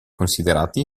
considerati